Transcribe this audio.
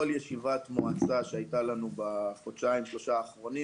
כל ישיבת מועצה שהייתה לנו בחודשיים-שלושה האחרונים,